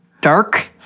dark